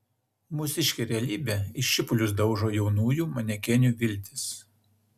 mūsiškė realybė į šipulius daužo jaunųjų manekenių viltis